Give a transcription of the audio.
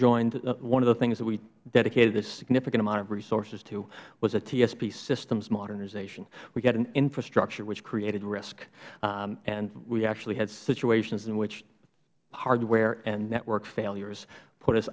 joined one of the things that we dedicated a significant amount of resources to was a tsp systems modernization we had an infrastructure which created risk and we actually had situations in which hardware and network failures put us